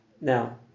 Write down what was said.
Now